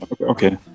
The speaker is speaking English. Okay